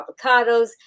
avocados